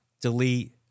delete